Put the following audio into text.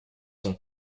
son